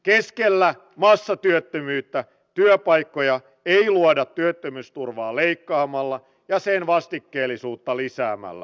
keskellä massatyöttömyyttä työpaikkoja ei luoda työttömyysturvaa leikkaamalla ja sen vastikkeellisuutta lisäämällä